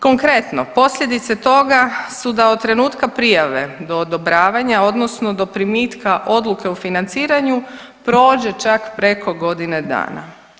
Konkretno, posljedice toga su da od trenutka prijave do odobravanja odnosno do primitka odluke o financiranju prođe čak preko godine dana.